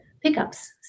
pickups